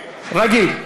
רגיל.